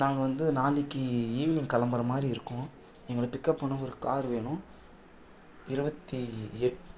நாங்கள் வந்து நாளைக்கு ஈவினிங் கிளம்புற மாதிரி இருக்கும் எங்களை பிக்அப் பண்ண ஒரு காரு வேணும் இருபத்தி எட்